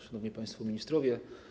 Szanowni Państwo Ministrowie!